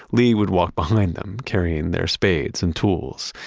lee would walk behind them carrying their spades and tools.